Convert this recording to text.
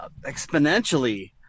exponentially